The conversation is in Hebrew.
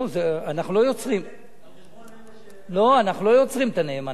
על חשבון אלה, לא, אנחנו לא יוצרים את הנאמן.